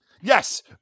Yes